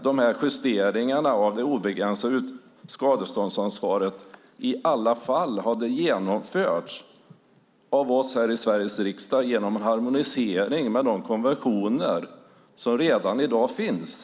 De här justeringarna av det obegränsade skadeståndsansvaret hade i alla fall genomförts av oss i Sveriges riksdag genom harmonisering med de konventioner som redan i dag finns.